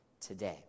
today